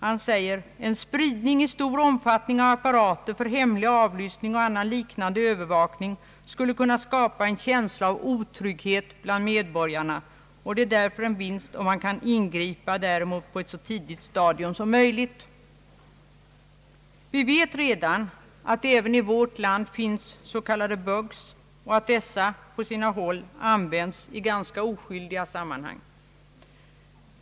Han säger: »En spridning i stor omfattning av apparater för hemlig avlyssning och annan liknande övervakning skulle kunna skapa en känsla av otrygghet bland medborgarna, och det är därför en vinst om man kan ingripa på ett så tidigt stadium som möjligt.» Vi vet redan att det även i vårt land förekommer s.k. bugs och att dessa på sina håll används i ganska oskyldiga sammanhang.